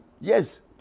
yes